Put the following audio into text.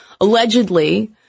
allegedly